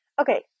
Okay